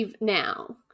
now